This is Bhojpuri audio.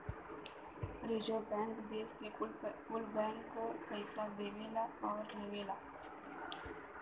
रीजर्वे बैंक देस के कुल बैंकन के पइसा देवला आउर लेवला